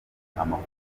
amafunguro